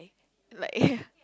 like